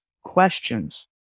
questions